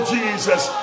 Jesus